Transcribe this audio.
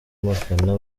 abafana